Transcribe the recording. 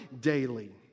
daily